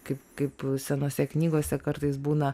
kaip kaip senose knygose kartais būna